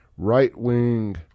Right-wing